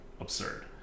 absurd